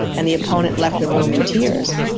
and the opponent left the room in tears.